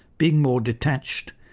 being more detached,